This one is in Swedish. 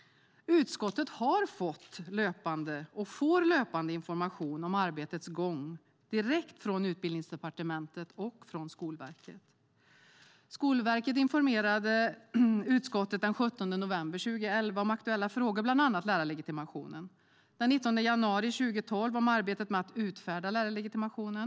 Utskottet har fått och får löpande information om arbetets gång direkt från Utbildningsdepartementet och från Skolverket. Skolverket informerade utskottet den 17 november 2011 om aktuella frågor, bland annat lärarlegitimationen, och den 19 januari 2012 om arbetet med att utfärda lärarlegitimation.